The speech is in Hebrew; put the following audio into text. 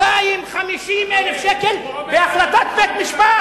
250,000 ש"ח, בהחלטת בית-משפט.